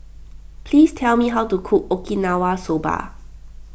please tell me how to cook Okinawa Soba